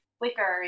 wicker